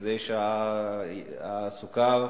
כדי שהסוכר,